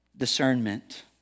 discernment